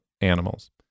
animals